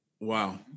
Wow